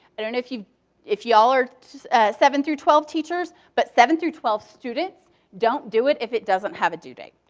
i don't know if you if you all are seven seven through twelve teachers, but seven through twelve students don't do it if it doesn't have a due date.